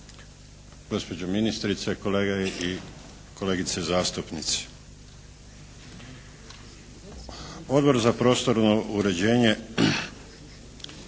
gospođo ministrice, kolege i kolegice zastupnici. Odbor za prostorno uređenje